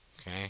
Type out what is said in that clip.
Okay